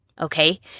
Okay